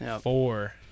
Four